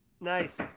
Nice